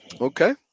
Okay